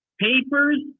papers